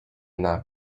ne’a